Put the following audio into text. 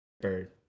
bird